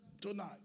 tonight